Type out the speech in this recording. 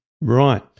Right